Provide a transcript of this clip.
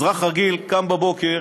אזרח רגיל קם בבוקר,